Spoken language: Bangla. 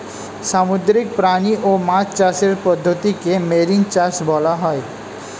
সামুদ্রিক প্রাণী ও মাছ চাষের পদ্ধতিকে মেরিন চাষ বলা হয়